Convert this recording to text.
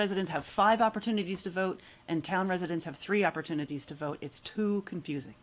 residents have five opportunities to vote and town residents have three opportunities to vote it's too confusing